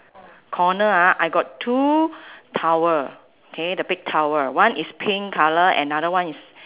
corner ah I got two towel K the big towel one is pink colour another one is